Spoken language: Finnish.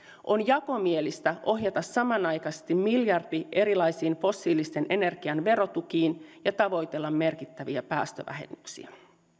on jakomielistä ohjata samanaikaisesti miljardi erilaisiin fossiilisen energian verotukiin ja tavoitella merkittäviä päästövähennyksiä